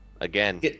again